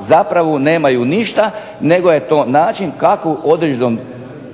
zapravo nemaju ništa nego je to način kako